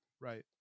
Right